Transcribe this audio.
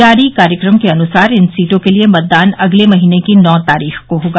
जारी कार्यक्रम के अनुसार इन सीटों के लिए मतदान अगले महीने की नौ तारीख को होगा